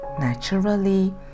Naturally